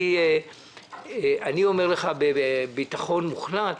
אני אומר לך בביטחון מוחלט,